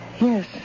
Yes